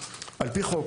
על פי חוק,